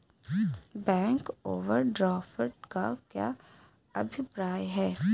Bank overdraft का क्या अभिप्राय है?